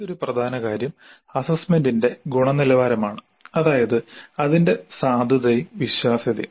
മറ്റൊരു പ്രധാന കാര്യം അസ്സസ്സ്മെന്റിന്റെ ഗുണനിലവാരമാണ് അതായത് അതിന്റെ സാധുതയും വിശ്വാസ്യതയും